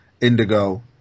indigo